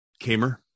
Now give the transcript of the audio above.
Kamer